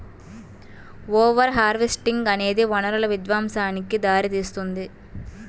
over harvesting అనేది వనరుల విధ్వంసానికి దారితీస్తుంది